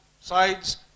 sides